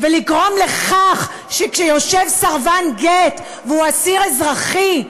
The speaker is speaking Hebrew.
ולגרום לכך שכשיושב סרבן גט והוא אסיר אזרחי,